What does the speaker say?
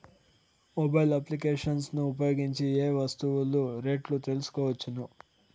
Mobile applications ను ఉపయోగించి ఏ ఏ వస్తువులు రేట్లు తెలుసుకోవచ్చును?